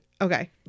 Okay